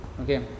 okay